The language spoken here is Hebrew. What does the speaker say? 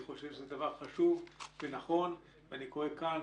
אני חושב שזה דבר חשוב ונכון ואני קורא כאן,